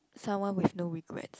someone with no regrets